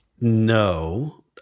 No